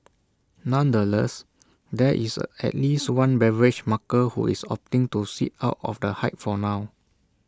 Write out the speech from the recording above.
nonetheless there is A at least one beverage maker who is opting to sit out of the hype for now